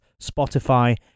Spotify